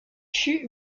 fut